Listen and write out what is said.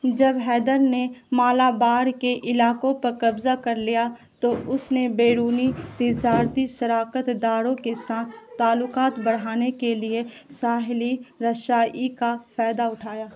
جب حیدر نے مالابار کے علاقوں پر قبضہ کر لیا تو اس نے بیرونی تجارتی شراکت داروں کے ساتھ تعلقات بڑھانے کے لیے ساحلی رسائی کا فائدہ اٹھایا